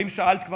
אבל אם כבר שאלת,